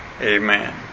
Amen